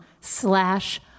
slash